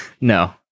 no